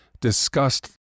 discussed